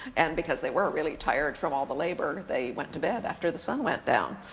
and because they were really tired from all the labor, they went to bed after the sun went down.